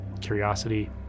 curiosity